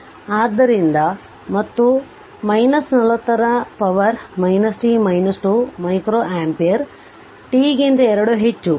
ಆದ್ದರಿಂದ ಮತ್ತು 40 ನ ಪವರ್ t 2 ಮೈಕ್ರೊಅಂಪಿಯರ್ t ಗಿಂತ 2 ಹೆಚ್ಚು